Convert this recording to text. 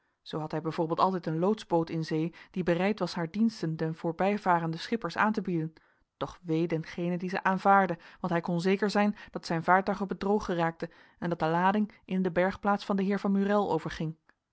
zoo had hij b v altijd een loodsboot in zee die bereid was haar diensten den voorbijvarenden schippers aan te bieden doch wee dengenen die ze aanvaardde want hij kon zeker zijn dat zijn vaartuig op het droge raakte en dat de lading in de bergplaats van den heer van